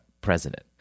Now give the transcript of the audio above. president